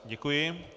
Děkuji.